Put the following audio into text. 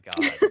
god